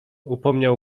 upomniał